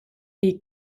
est